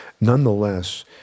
Nonetheless